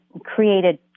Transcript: created